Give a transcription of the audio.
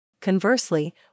Conversely